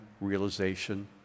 realization